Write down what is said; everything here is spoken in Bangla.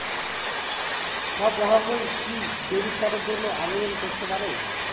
সব গ্রাহকই কি ডেবিট কার্ডের জন্য আবেদন করতে পারে?